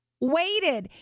waited